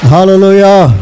Hallelujah